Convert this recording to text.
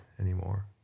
anymore